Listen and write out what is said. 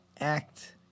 act